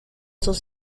sus